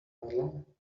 model